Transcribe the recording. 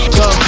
go